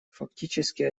фактически